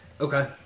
Okay